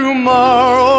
tomorrow